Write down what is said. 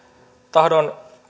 tahdon